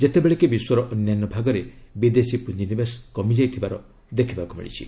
ଯେତେବେଳେ କି ବିଶ୍ୱର ଅନ୍ୟାନ୍ୟ ଭାଗରେ ବିଦେଶୀ ପୁଞ୍ଜିନିବେଶ କମିଯାଇଥିବାର ଦେଖିବାକୁ ମିଳିଛି